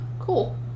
cool